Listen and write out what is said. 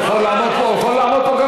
הוא יכול לעמוד פה,